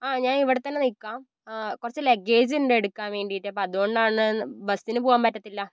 ആ ഞാൻ ഇവിടെത്തന്നെ നിൽക്കാം കുറച്ച് ലഗേജ്ണ്ട് എടുക്കാൻ വേണ്ടിയിട്ട് അപ്പം അതുകൊണ്ടാണ് ബസ്സിന് പോകാന് പറ്റത്തില്ല